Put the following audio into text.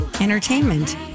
entertainment